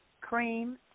cream